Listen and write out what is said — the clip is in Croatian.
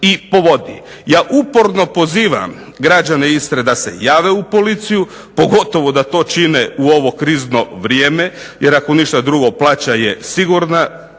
i povodi. Ja uporno pozivam građane Istre da se jave u policiju, pogotovo da to čine u ovo krizno vrijeme. Jer ako ništa drugo plaća je sigurna,